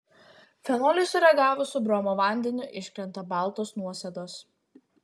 fenoliui sureagavus su bromo vandeniu iškrenta baltos nuosėdos